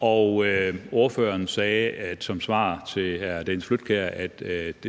og ordføreren sagde som svar til hr. Dennis Flydtkjær, at